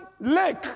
lake